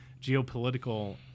geopolitical